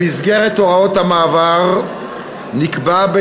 במסגרת הוראות המעבר נקבעה,